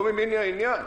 הם לא ממין העניין.